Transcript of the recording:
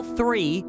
three